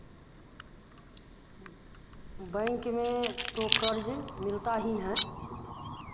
bank में तो क़र्ज़ मिलता ही है